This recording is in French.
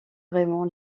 vraiment